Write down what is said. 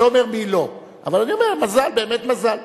אני לא אומר מי לא, אבל אני אומר מזל, באמת מזל.